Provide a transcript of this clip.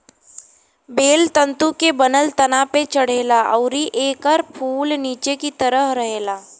बेल तंतु के बनल तना पे चढ़ेला अउरी एकर फूल निचे की तरफ रहेला